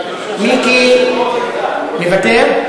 מיקי, מוותר?